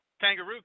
Kangaroo